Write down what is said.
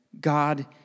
God